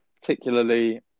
particularly